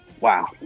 Wow